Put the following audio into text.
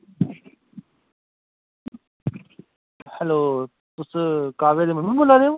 hello हां जी तुस कावे दे मम्मी बोला दे ओ